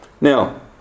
Now